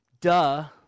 duh